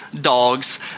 dogs